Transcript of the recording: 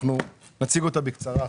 אנחנו נציג אותה עכשיו בקצרה.